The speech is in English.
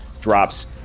drops